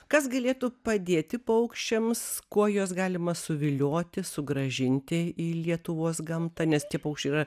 kas galėtų padėti paukščiams kuo juos galima suvilioti sugrąžinti į lietuvos gamtą nes tie paukščiai yra